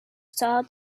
saw